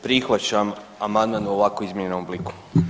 Prihvaćam amandman u ovako izmijenjenom obliku.